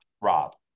Rob